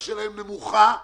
תמיד דואגים ל-1 ו-2.